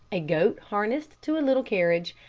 a goat harnessed to a little carriage,